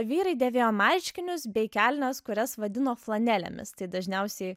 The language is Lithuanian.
vyrai dėvėjo marškinius bei kelnes kurias vadino flanelėmis tai dažniausiai